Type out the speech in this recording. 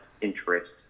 interest